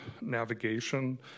navigation